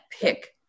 pick